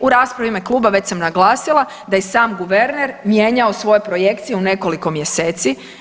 U raspravi u ime kluba već sam naglasila da i sam guverner mijenjao svoje projekcije u nekoliko mjeseci.